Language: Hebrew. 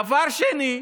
דבר שני,